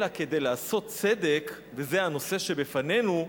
אלא, כדי לעשות צדק, וזה הנושא שבפנינו,